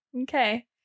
Okay